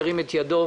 ירים את ידו.